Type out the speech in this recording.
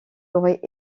aurait